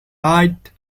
bite